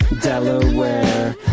Delaware